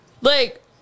Like-